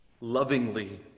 lovingly